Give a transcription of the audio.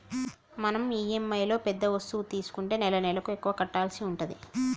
మనం ఇఎమ్ఐలో పెద్ద వస్తువు తీసుకుంటే నెలనెలకు ఎక్కువ కట్టాల్సి ఉంటది